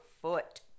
foot